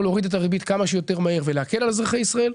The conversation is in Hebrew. להוריד את הריבית כמה שיותר מהר ולהקל על אזרחי ישראל,